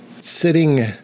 Sitting